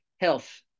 health